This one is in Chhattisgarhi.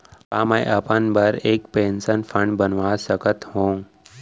का मैं अपन बर एक पेंशन फण्ड बनवा सकत हो?